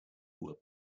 will